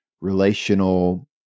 relational